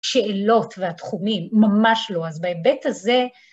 שאלות והתחומים, ממש לא. אז בהיבט הזה...